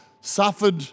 suffered